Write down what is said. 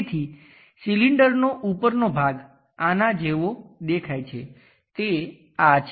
તેથી સિલિન્ડરનો ઉપરનો ભાગ આનાં જેવો દેખાય છે તે આ છે